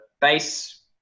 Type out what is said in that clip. base